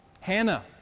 Hannah